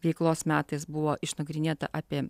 veiklos metais buvo išnagrinėta apie